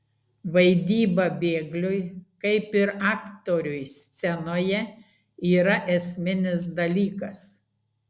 vaidyba bėgliui kaip ir aktoriui scenoje yra esminis dalykas